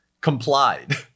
complied